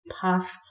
path